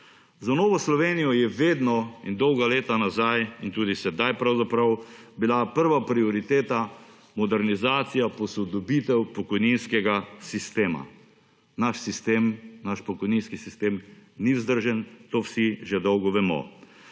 Za Novo Slovenijo je vedno in dolga leta nazaj, pa tudi sedaj pravzaprav bila prva prioriteta modernizacija, posodobitev pokojninskega sistema. Naš pokojninski sistem ni vzdržen, to vsi že dolgo vemo.